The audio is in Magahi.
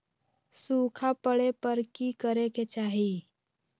सूखा पड़े पर की करे के चाहि